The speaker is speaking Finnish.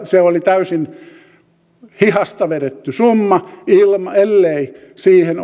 se oli täysin hihasta vedetty summa ellei siihen